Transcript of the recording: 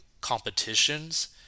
competitions